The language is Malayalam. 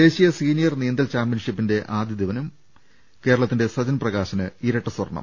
ദേശീയ സീനിയർ നീന്തൽ ചാമ്പ്യൻഷിപ്പിന്റെ ആദ്യ ദിനം കേരളത്തിന്റെ സജൻ പ്രകാശിന് ഇരട്ട സ്വർണം